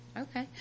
Okay